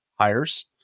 hires